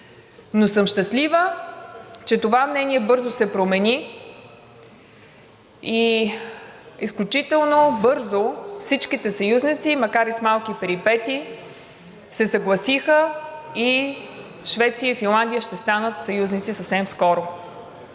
съм обаче, че това мнение бързо се промени и изключително бързо всичките съюзници, макар и с малки перипетии, се съгласиха и Швеция и Финландия ще станат съюзници съвсем скоро.